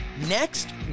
next